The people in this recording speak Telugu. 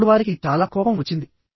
అప్పుడు వారికి చాలా కోపం వచ్చింది